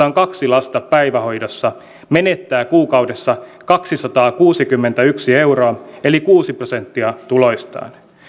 on kaksi lasta päivähoidossa menettää kuukaudessa kaksisataakuusikymmentäyksi euroa eli kuusi prosenttia tuloistaan